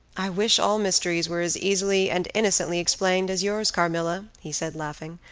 i wish all mysteries were as easily and innocently explained as yours, carmilla, he said, laughing.